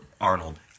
Arnold